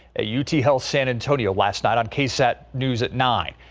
ah you t health san antonio last night on ksat news at nine.